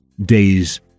days